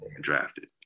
drafted